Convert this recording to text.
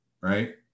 Right